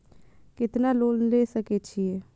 केतना लोन ले सके छीये?